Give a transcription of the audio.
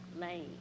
Lane